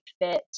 fit